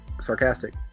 sarcastic